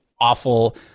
awful